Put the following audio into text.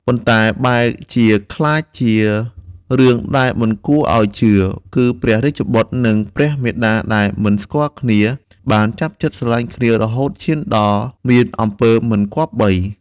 ប៉ុន្តែបែរជាក្លាយជារឿងដែលមិនគួរឲ្យជឿ គឺព្រះរាជបុត្រនិងព្រះមាតាដែលមិនស្គាល់គ្នាបានចាប់ចិត្តស្រឡាញ់គ្នារហូតឈានដល់មានអំពើមិនគប្បី។